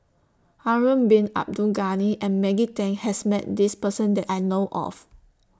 Harun Bin Abdul Ghani and Maggie Teng has Met This Person that I know of